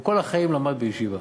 הוא כל החיים למד בישיבה